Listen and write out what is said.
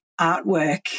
artwork